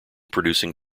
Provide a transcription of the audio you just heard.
producing